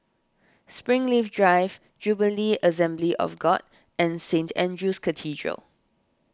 Springleaf Drive Jubilee Assembly of God and Saint andrew's Cathedral